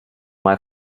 mal